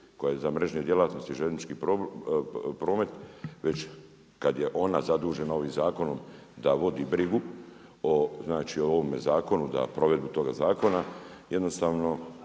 koje za mrežne djelatnosti, željeznički promet već kada je ona zadužena ovim zakonom da vodi brigu znači o ovome zakonu, na provedbu toga zakona. Jednostavno,